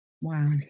Wow